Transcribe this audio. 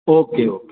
okay okay